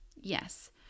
Yes